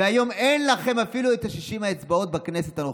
והיום אין לכם אפילו את 60 האצבעות בכנסת הנוכחית.